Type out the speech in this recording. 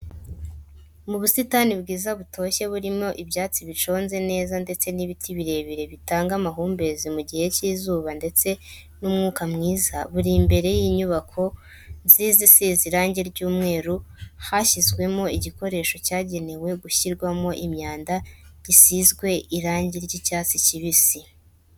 Mu busitani bwiza butoshye burimo ibyatsi biconze neza ndetse n'ibiti birebire bitanga amahumbezi mu gihe cy'izuba ndetse n'umwuka mwiza buri imbere y'inyubako nziza isize irangi ry'umweru hashyizwemo igikoresho cyagenewe gushyirwamo imyanda gisizwe irangi ry'icyatsi kibisi.